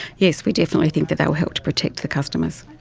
yes we definitely think that that will help to protect the customers.